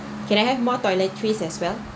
can I have more toiletries as well